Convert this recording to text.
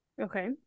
Okay